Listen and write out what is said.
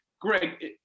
Greg